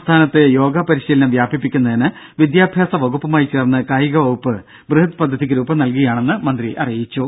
സംസ്ഥാനത്ത് യോഗ പരിശീലനം വ്യാപിപ്പിക്കുന്നതിന് വിദ്യാഭ്യാസ വകുപ്പുമായി ചേർന്ന് കായിക വകുപ്പ് ബൃഹദ് പദ്ധതിക്ക് രൂപം നൽകുകയാണെന്ന് മന്ത്രി പറഞ്ഞു